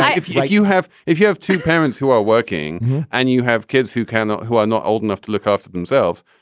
if you you have if you have two parents who are working and you have kids who cannot who are not old enough to look after themselves,